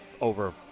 over